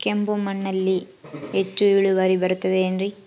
ಕೆಂಪು ಮಣ್ಣಲ್ಲಿ ಹೆಚ್ಚು ಇಳುವರಿ ಬರುತ್ತದೆ ಏನ್ರಿ?